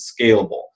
scalable